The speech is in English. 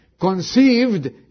conceived